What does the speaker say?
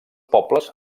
pobles